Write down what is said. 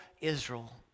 Israel